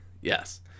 Yes